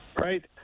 right